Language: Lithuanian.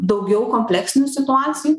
daugiau kompleksinių situacijų